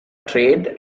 trade